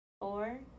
four